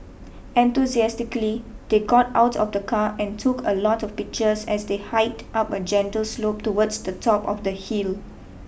enthusiastically they got out of the car and took a lot of pictures as they hiked up a gentle slope towards the top of the hill